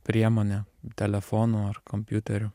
priemone telefonu ar kompiuteriu